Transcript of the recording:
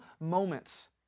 moments